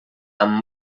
amb